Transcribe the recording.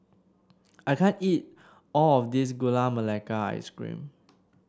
I can't eat all of this Gula Melaka Ice Cream